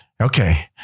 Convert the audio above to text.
okay